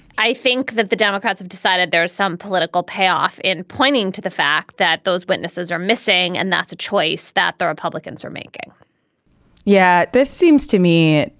i think that the democrats have decided there's some political payoff in pointing to the fact that those witnesses are missing. and that's a choice that the republicans are making yeah, this seems to me